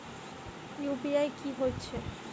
UPI की हएत छई?